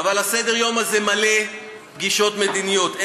אבל סדר-היום הזה מלא פגישות מדיניות.